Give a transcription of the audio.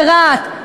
ברהט,